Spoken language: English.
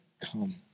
come